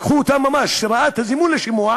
לקחו אותם ממש, ראה את הזימון לשימוע,